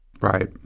Right